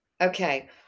Okay